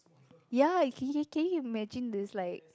ya you~ can you can you imagine this like